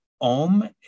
om